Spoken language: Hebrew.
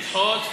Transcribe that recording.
לדחות?